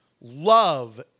love